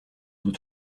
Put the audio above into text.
vous